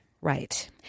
Right